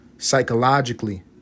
psychologically